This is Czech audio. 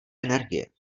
energie